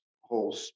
whole